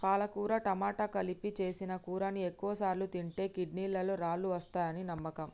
పాలకుర టమాట కలిపి సేసిన కూరని ఎక్కువసార్లు తింటే కిడ్నీలలో రాళ్ళు వస్తాయని నమ్మకం